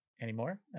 anymore